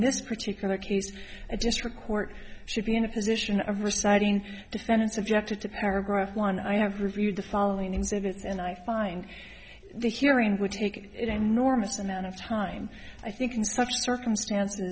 this particular case i just record should be in a position of reciting defendant subjected to paragraph one i have reviewed the following exhibits and i find the hearing would take it and norma's amount of time i think in such circumstances